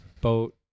Boat